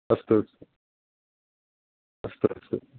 अस्तु अस्तु अस्तु